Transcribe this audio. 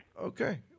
okay